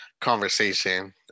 conversation